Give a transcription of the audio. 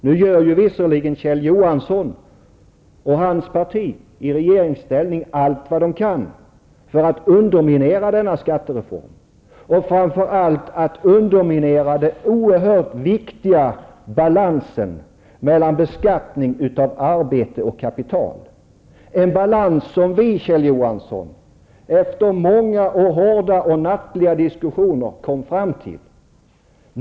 Nu gör visserligen Kjell Johansson och hans parti i regeringsställning allt vad de kan för att underminera denna skattereform, framför allt underminera den oerhört viktiga balansen mellan beskattning av arbete och av kapital -- en balans som vi, Kjell Johansson, efter många och hårda nattliga diskussioner kom fram till.